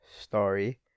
story